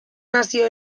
nazio